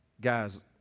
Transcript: guys